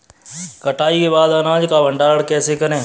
कटाई के बाद अनाज का भंडारण कैसे करें?